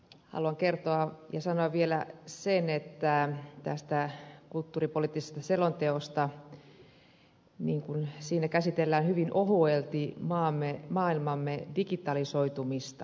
haluan kertoa ja sanoa vielä sen että tässä kulttuuripoliittisessa selonteossa käsitellään hyvin ohuelti maailmamme digitalisoitumista